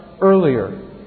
earlier